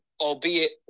albeit